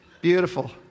Beautiful